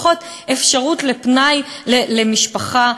פחות אפשרות לפנאי למשפחה,